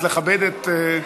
אז לכבד את,